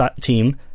team